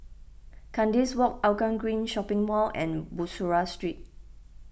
Kandis Walk Hougang Green Shopping Mall and Bussorah Street